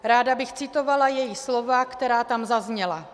Ráda bych citovala její slova, která tam zazněla: